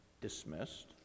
dismissed